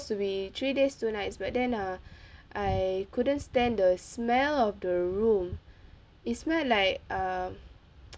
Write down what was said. to be three days two nights but then ah I couldn't stand the smell of the room it smelt like um